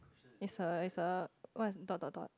is a is a what's dot dot dot